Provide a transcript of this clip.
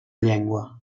llengua